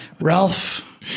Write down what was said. ralph